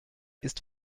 ist